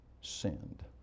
sinned